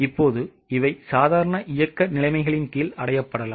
இப்போது இவை சாதாரண இயக்க நிலைமைகளின் கீழ் அடையப்படலாம்